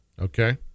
okay